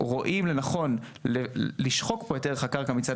רואים לנכון לשחוק פה את ערך הקרקע מצד